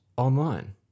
online